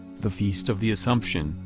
the feast of the assumption,